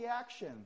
action